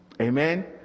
Amen